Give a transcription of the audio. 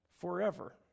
forever